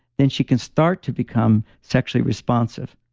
then she can start to become sexually responsive.